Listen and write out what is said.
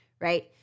right